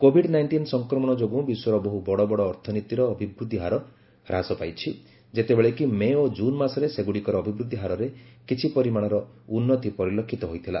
Covid nineteen ସଂକ୍ରମଣ ଯୋଗୁଁ ବିଶ୍ୱର ବହୁ ବଡ଼ବଡ଼ ଅର୍ଥନୀତିର ଅଭିବୃଦ୍ଧି ହାର ହ୍ରାସ ପାଇଛି ଯେତେବେଳେ କି ମେ ଓ କୁନ୍ ମାସରେ ସେଗୁଡ଼ିକର ଅଭିବୃଦ୍ଧି ହାରରେ କିଛି ପରିମାଣରେ ଉନ୍ନତି ପରିଲକ୍ଷିତ ହୋଇଥିଲା